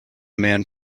man